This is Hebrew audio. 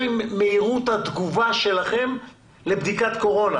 היא מהירות התגובה שלכם לבדיקת קורונה